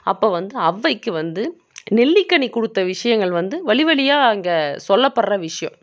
அப்போது வந்து ஒளவைக்கு வந்து நெல்லிக்கனி கொடுத்த விஷயங்கள் வந்து வழி வழியாக இங்கே சொல்லப்படுற விஷயம்